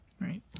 Right